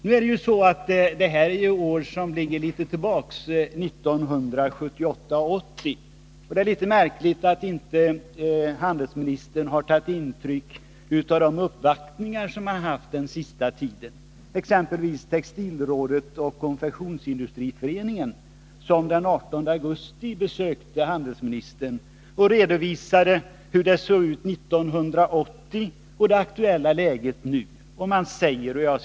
Men åren 1978-1980 är ju år som ligger något tillbaka i tiden, och det är litet märkligt att handelsministern inte har tagit intryck av de uppvaktningar som han har haft den senaste tiden. Exempelvis besökte representanter från Textilrådet och Konfektionsindustriföreningen honom den 18 augusti, varvid man redovisade hur det såg ut 1980 och hur det nu aktuella läget var.